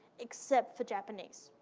except for japanese.